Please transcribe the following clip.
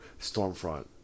Stormfront